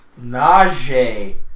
Najee